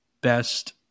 best